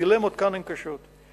והדילמות כאן הן קשות.